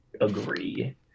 agree